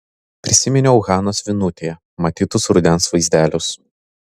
prisiminiau hanos vienutėje matytus rudens vaizdelius